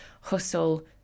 hustle